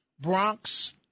Bronx